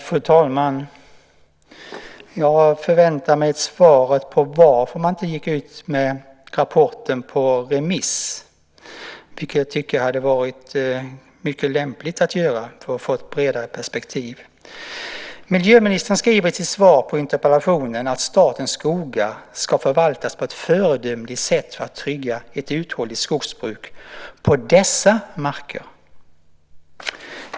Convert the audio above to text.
Fru talman! Jag väntar mig ett svar på varför man inte gick ut med rapporten på remiss. Det tycker jag hade varit mycket lämpligt att göra för att få ett bredare perspektiv. Miljöministern skriver i svaret på interpellationen att statens skogar ska förvaltas på ett föredömligt sätt för att trygga ett uthålligt skogsbruk på dessa marker.